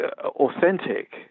authentic